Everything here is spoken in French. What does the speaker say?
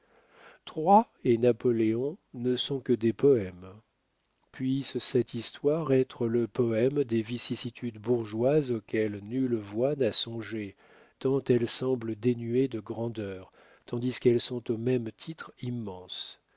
troie et napoléon ne sont que des poèmes puisse cette histoire être le poème des vicissitudes bourgeoises auxquelles nulle voix n'a songé tant elles semblent dénuées de grandeur tandis qu'elles sont au même titre immenses